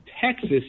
Texas